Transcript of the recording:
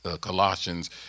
colossians